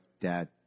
Dad